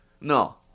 No